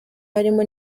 harimo